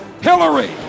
Hillary